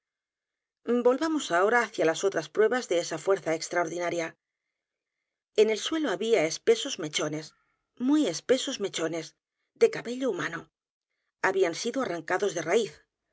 volvamos ahora hacia las otras pruebas de esa fuerza extraordinaria e n el suelo había espesos mechones muy espesos mechones de cabello humano habían sido arrancados de raíz